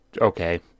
okay